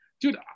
dude